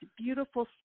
beautiful